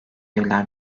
evler